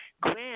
Grant